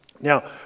Now